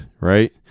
right